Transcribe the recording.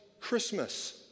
Christmas